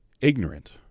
ignorant